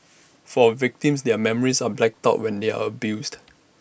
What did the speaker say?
for victims their memories are blacked out when they are abused